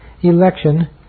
election